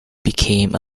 became